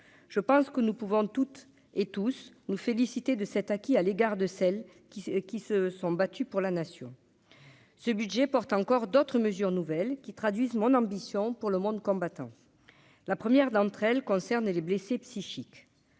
je pense que nous pouvons toutes et tous nous féliciter de cet acquis à l'égard de celles qui se qui se sont battus pour la nation, ce budget porte encore d'autres mesures nouvelles, qui traduisent mon ambition pour le monde combattant, la première d'entre elles concerne et les blessés psychiques